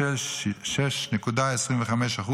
6.25%,